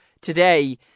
today